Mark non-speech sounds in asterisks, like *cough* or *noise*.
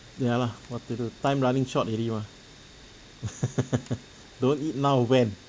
ya lah what to do time running short already mah *laughs* don't eat now when